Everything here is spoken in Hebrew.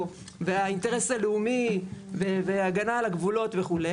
והאינטרס הלאומי והגנה על הגבולות וכו'